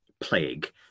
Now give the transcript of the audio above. plague